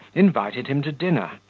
invited him to dinner,